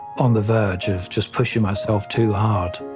on the verge of just pushing myself too hard.